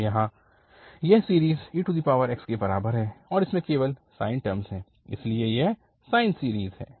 तो यहाँ यह सीरीज़ ex के बराबर है और इसमें केवल साइन टर्मस हैं इसलिए यह साइन सीरीज़ है